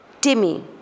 Timmy